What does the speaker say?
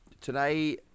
Today